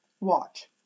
Watch